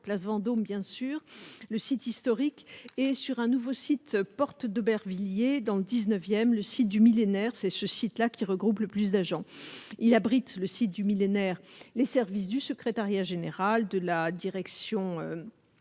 place Vendôme, bien sûr, le site historique et sur un nouveau site, porte d'Aubervilliers, dans le 19ème, le site du millénaire c'est ce site-là, qui regroupe le plus d'agents, il abrite le site du millénaire, les services du secrétariat général de la direction